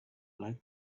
like